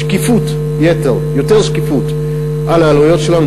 שקיפות יתר, יותר שקיפות לגבי העלויות שלנו.